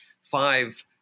five